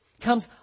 comes